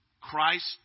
Christ